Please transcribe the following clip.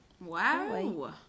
Wow